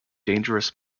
dangerous